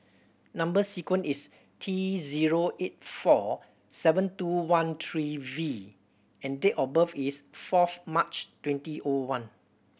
number sequence is T zero eight four seven two one three V and date of birth is fourth March twenty O one